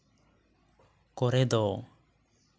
ᱠᱚᱨᱮ ᱫᱚ